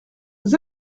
vous